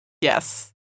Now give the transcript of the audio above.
Yes